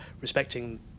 respecting